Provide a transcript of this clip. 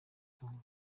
tunga